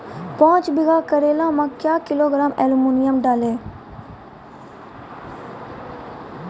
पाँच बीघा करेला मे क्या किलोग्राम एलमुनियम डालें?